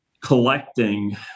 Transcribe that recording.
collecting